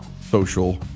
social